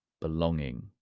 belonging